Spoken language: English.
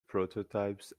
prototypes